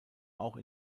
auch